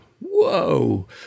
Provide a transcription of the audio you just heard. Whoa